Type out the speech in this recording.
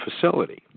facility